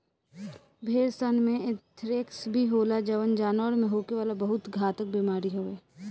भेड़सन में एंथ्रेक्स भी होला जवन जानवर में होखे वाला बहुत घातक बेमारी हवे